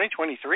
2023